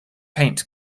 paint